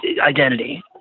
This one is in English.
identity